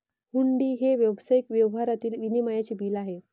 हुंडी हे व्यावसायिक व्यवहारातील विनिमयाचे बिल आहे